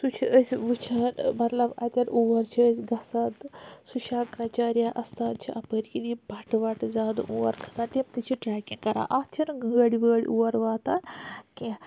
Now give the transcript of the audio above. سُہ چھ أسۍ وُچھان مَطلَب اَتٮ۪ن اور چھِ أسۍ گَژھان تہِ سُہ شَنکَر اَچارِیا اَستان چھِ اَپٲر کِنۍ بَٹہ وَٹہ زیادٕ اور کھساں تِم تہِ چھ ٹریکِنگ کَران اَتھ چھَنہٕ گٲڑ وٲڑ اور واتان کیٚنٛہہ